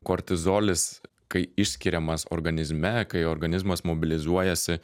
kortizolis kai išskiriamas organizme kai organizmas mobilizuojasi